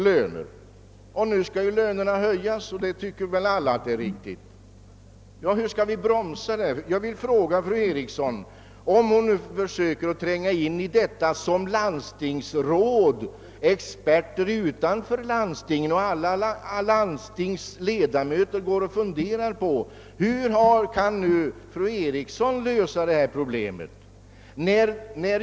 Lönerna skall nu höjas och detta anser väl alla vara riktigt. Hur kan fru Eriksson lösa detta problem som landstingsråd, experter utanför landstingen och alla landstingsledamöter funderar över?